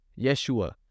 Yeshua